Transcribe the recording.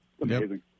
amazing